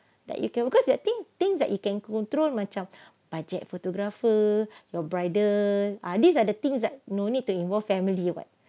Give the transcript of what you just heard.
like you can because you think things that you can control macam budget photographer your brother ah these are the things that no need to involve family what